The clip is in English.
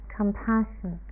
compassion